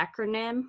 acronym